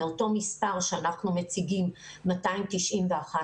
מאותו מספר שאנחנו מציגים- 291,000,